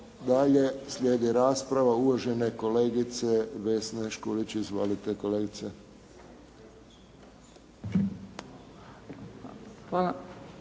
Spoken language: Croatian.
Dalje slijedi rasprava uvažene kolegice Vesne Škulić. Izvolite kolegice.